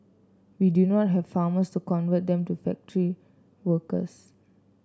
we do not have farmers to convert them to factory workers